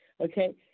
Okay